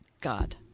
God